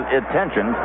attention